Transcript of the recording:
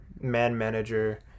man-manager